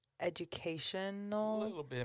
educational